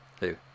Hey